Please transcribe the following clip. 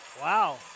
Wow